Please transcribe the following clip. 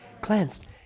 Cleansed